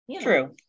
true